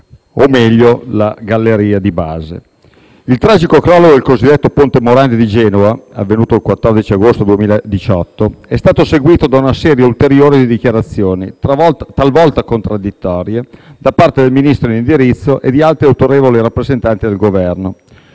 del Brennero; il tragico crollo del "ponte Morandi" di Genova, avvenuto il 14 agosto 2018, è stato seguito da una serie ulteriore di dichiarazioni, talvolta contraddittorie, da parte del Ministro in indirizzo e di altri autorevoli rappresentanti del Governo,